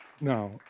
Now